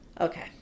Okay